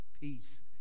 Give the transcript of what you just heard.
peace